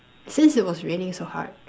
since it was raining so hard